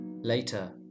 Later